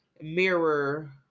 mirror